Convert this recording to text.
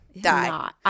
die